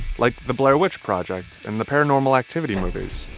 like the blair witch project and the paranormal activity movies.